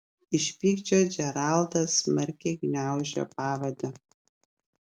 iš pykčio džeraldas smarkiai gniaužė pavadį